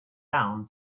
down